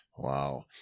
Wow